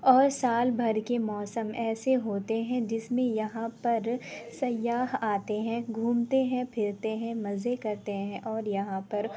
اور سال بھر کے موسم ایسے ہوتے ہیں جس میں یہاں پر سیاح آتے ہیں گھومتے ہیں پھرتے ہیں مزے کرتے ہیں اور یہاں پر